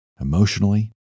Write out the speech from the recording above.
emotionally